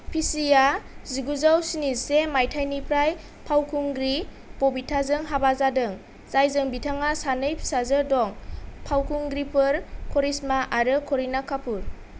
पिशीआ जिगुजौ स्निजि से माइथायनिफ्राय फावखुंग्रि बबिताजों हाबा जादों जायजों बिथांहा सानै फिसाजो दं फावखुंग्रिफोर करिश्मा आरो करिना कपुर